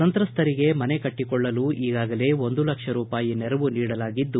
ಸಂಸ್ತರಿಗೆ ಮನೆ ಕಟ್ಟಕೊಳ್ಳಲು ಈಗಾಗಲೇ ಒಂದು ಲಕ್ಷ ರೂಪಾಯಿ ನೆರವು ನೀಡಲಾಗಿದ್ದು